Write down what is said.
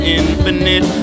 infinite